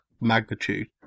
magnitude